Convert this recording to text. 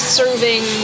serving